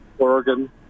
Oregon